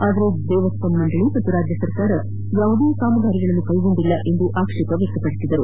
ಆದರೆ ದೇವಸ್ತಂ ಮಂಡಳಿ ಹಾಗೂ ರಾಜ್ಯ ಸರ್ಕಾರ ಯಾವುದೇ ಕಾಮಗಾರಿಗಳನ್ನು ಕೈಗೊಂಡಿಲ್ಲ ಎಂದು ದೂರಿದರು